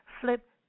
flip